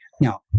Now